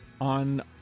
on